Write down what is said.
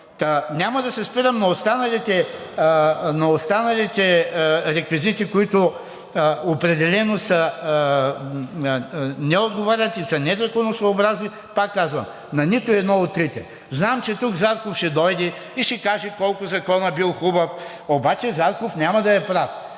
няма да се спирам на останалите реквизити, които определено не отговарят и са незаконосъобразни, пак казвам, на нито едно от трите. Знам, че тук Зарков ще дойде и ще каже колко законът бил хубав, обаче Зарков няма да е прав,